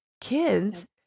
Kids